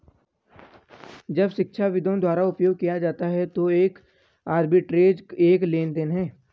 जब शिक्षाविदों द्वारा उपयोग किया जाता है तो एक आर्बिट्रेज एक लेनदेन है